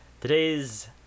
Today's